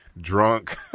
drunk